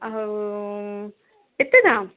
ଆଉ ଏତେ ଦାମ୍